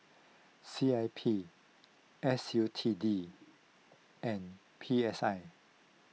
C I P S U T D and P S I